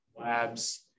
labs